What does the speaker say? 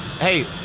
hey